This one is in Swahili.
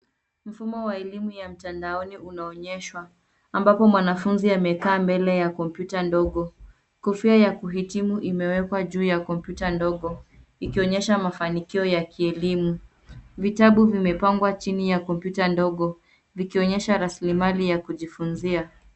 Mfumo wa elimu ya mtandaoni unaonyeshwa, ambapo mwanafunzi amekaa mbele ya kompyuta ndogo. Kofia ya kuhitimu imewekwa juu ya kompyuta ndogo ikionyesha mafanikio ya kielimu. Vitabu vimepangwa chini ya kompyuta ndogo vikionyesha rasilimali ya kujifunzia.